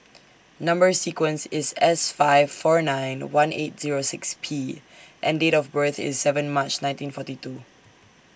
Number sequence IS S five four nine one eight Zero six P and Date of birth IS seven March nineteen forty two